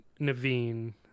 Naveen